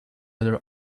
other